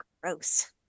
gross